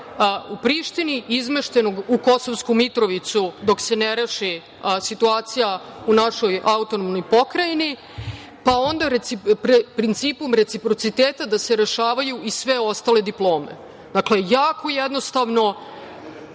u Prištini, izmeštenog u Kosovsku Mitrovicu dok se ne reši situacija u našoj AP, pa onda principom reciprociteta da se rešavaju i sve ostale diplome. Dakle, jako jednostavno,